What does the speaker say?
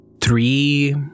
three